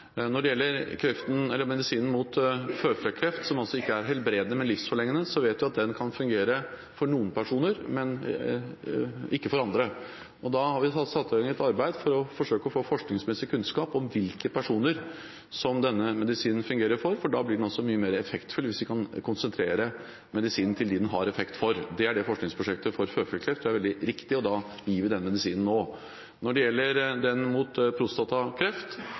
Når det gjelder medisinen mot føflekkreft, som altså ikke er helbredende, men livsforlengende, vet vi at den kan fungere for noen personer, men ikke for andre. Vi har satt i gang et arbeid for å forsøke å få forskningsmessig kunnskap om hvilke personer denne medisinen fungerer for, for den blir mye mer effektfull hvis vi kan konsentrere den til dem den har effekt for. Det er forskningsprosjektet for føflekkreft – det er veldig riktig, og da gir vi da denne medisinen nå. Når det gjelder medisinen mot prostatakreft,